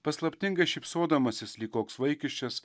paslaptingai šypsodamasis lyg koks vaikiščias